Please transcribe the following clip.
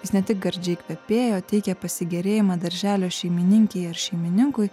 jis ne tik gardžiai kvepėjo teikė pasigėrėjimą darželio šeimininkei ar šeimininkui